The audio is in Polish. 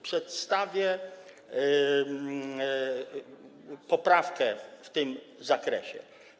Przedstawię poprawkę w tym zakresie.